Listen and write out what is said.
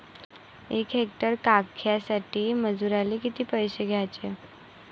यक हेक्टर कांद्यासाठी मजूराले किती पैसे द्याचे?